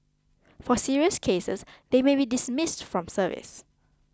for serious cases they may be dismissed from service